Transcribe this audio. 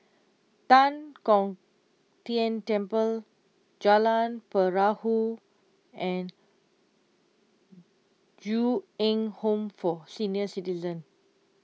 Tan Kong Tian Temple Jalan Perahu and Ju Eng Home for Senior Citizens